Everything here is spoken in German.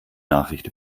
nachricht